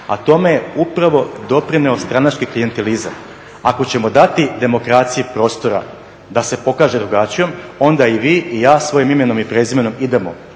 a tome je upravo doprinio stranački klijentelizam. Ako ćemo dati demokraciji prostora da se pokaže drugačijom onda i vi i ja svojim imenom i prezimenom idemo